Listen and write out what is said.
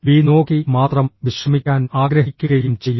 V നോക്കി മാത്രം വിശ്രമിക്കാൻ ആഗ്രഹിക്കുകയും ചെയ്യുന്നു